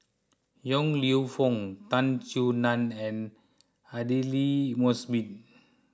Yong Lew Foong Tan Soo Nan and Aidli Mosbit